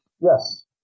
Yes